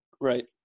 Right